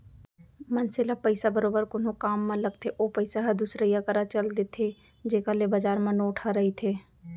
मनसे ल पइसा बरोबर कोनो काम म लगथे ओ पइसा ह दुसरइया करा चल देथे जेखर ले बजार म नोट ह रहिथे